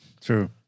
True